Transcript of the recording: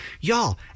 Y'all